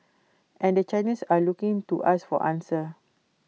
and the Chinese are looking to us for answers